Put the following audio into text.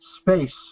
space